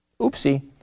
Oopsie